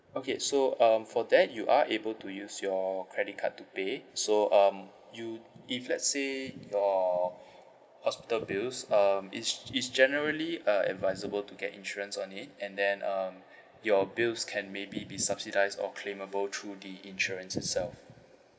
okay so um for that you are able to use your credit card to pay so um you if let's say your hospital bills um is is generally uh advisable to get insurance on it and then um your bills can maybe be subsidised or claimable through the insurance itself